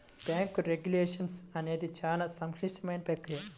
bank regulation అనేది చాలా సంక్లిష్టమైన ప్రక్రియ